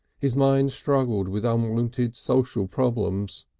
his mind struggled with um unwonted social problems.